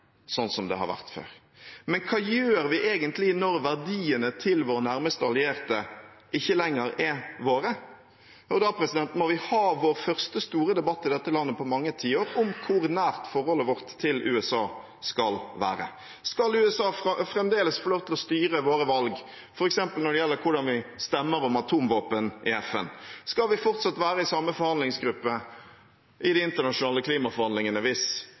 som det har vært før. Men hva gjør vi egentlig når verdiene til vår nærmeste allierte ikke lenger er våre? Jo, da må vi ha vår første store debatt i dette landet på mange tiår om hvor nært forholdet vårt til USA skal være: Skal USA fremdeles få lov til å styre våre valg, f.eks. når det gjelder hvordan vi stemmer om atomvåpen i FN? Skal vi fortsatt være i samme forhandlingsgruppe i de internasjonale klimaforhandlingene hvis